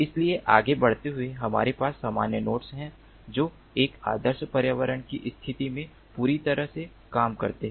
इसलिए आगे बढ़ते हुए हमारे पास सामान्य नोड्स हैं जो एक आदर्श पर्यावरण की स्थिति में पूरी तरह से काम करते हैं